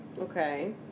okay